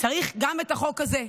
צריך גם את החוק הזה.